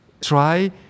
try